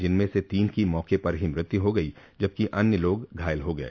जिनमे से तीन की मौके पर ही मौत हो गई जबकि अन्य लोग घायल हो गये